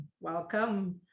Welcome